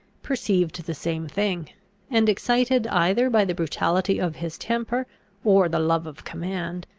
perceived the same thing and, excited either by the brutality of his temper or the love of command,